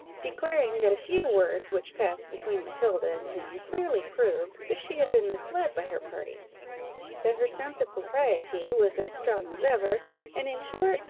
declaring that a few words which passed between matilda and him clearly proved that she had been misled by her party that her sense of propriety was as strong as ever and, in short,